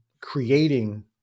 creating